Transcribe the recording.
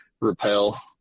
repel